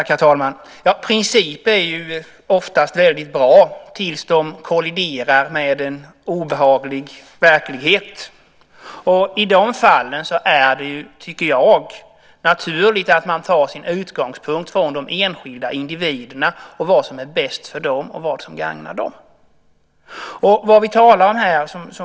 Herr talman! Principer är oftast bra tills de kolliderar med en obehaglig verklighet. I de fallen är det naturligt att ta sin utgångspunkt i vad som är bäst och gagnar de enskilda individerna mest.